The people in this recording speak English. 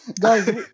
Guys